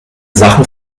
sachen